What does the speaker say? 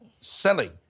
selling